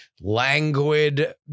languid